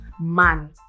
man